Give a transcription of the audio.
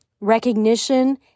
Recognition